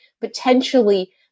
potentially